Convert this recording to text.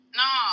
no